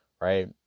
Right